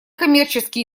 коммерческие